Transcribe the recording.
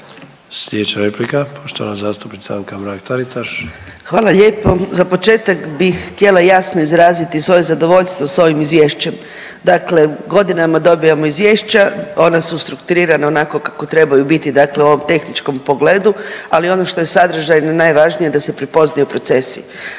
Slijedeća replika poštovana zastupnica Anka Mrak Taritaš. **Mrak-Taritaš, Anka (GLAS)** Hvala lijepo. Za početak bih htjela jasno izraziti svoje zadovoljstvo s ovim izvješćem. Dakle, godinama dobivamo izvješća, ona su strukturirana onako kako trebaju biti, dakle u ovom tehničkom pogledu, ali ono što je sadržajno najvažnije da se prepoznaju procesi.